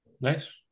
Nice